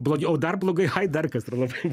blogiau o dar blogai ai dar kas yra labai